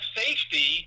safety